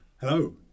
Hello